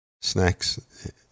snacks